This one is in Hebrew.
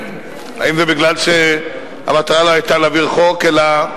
האם זה משום שהמטרה לא היתה להעביר חוק אלא,